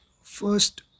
first